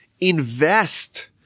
invest